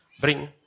bring